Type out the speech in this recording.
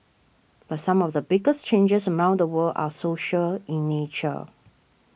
but some of the biggest changes around the world are social in nature